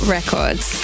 Records